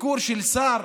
ביקור של שר,